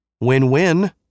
Win-win